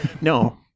No